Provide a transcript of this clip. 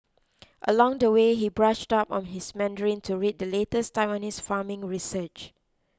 along the way he brushed up on his Mandarin to read the latest Taiwanese farming research